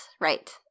Right